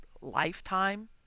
lifetime